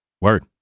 Word